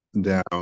down